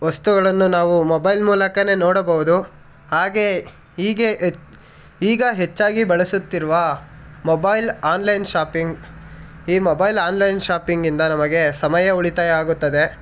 ವಸ್ತುಗಳನ್ನು ನಾವು ಮೊಬೈಲ್ ಮೂಲಕವೇ ನೋಡಬೋದು ಹಾಗೇ ಹೀಗೆ ಇತ್ತು ಈಗ ಹೆಚ್ಚಾಗಿ ಬಳಸುತ್ತಿರುವ ಮೊಬೈಲ್ ಆನ್ಲೈನ್ ಶಾಪಿಂಗ್ ಈ ಮೊಬೈಲ್ ಆನ್ಲೈನ್ ಶಾಪಿಂಗಿಂದ ನಮಗೆ ಸಮಯ ಉಳಿತಾಯ ಆಗುತ್ತದೆ